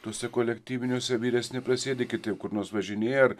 tuose kolektyviniuose vyresni prasėdi kiti kur nors važinėja ar